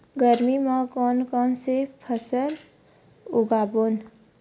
गरमी मा कोन कौन से फसल उगाबोन?